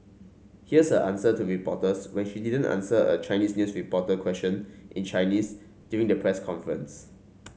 here's her answer to reporters when she didn't answer a Chinese news reporter question in Chinese during the press conference